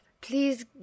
Please